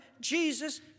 Jesus